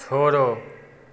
छोड़ो